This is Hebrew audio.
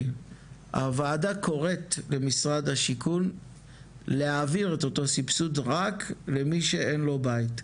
הוועדה קוראת למשרד השיכון להעביר את אותו סבסוד רק למי שאין לו בית.